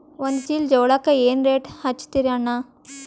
ಒಂದ ಚೀಲಾ ಜೋಳಕ್ಕ ಏನ ರೇಟ್ ಹಚ್ಚತೀರಿ ಅಣ್ಣಾ?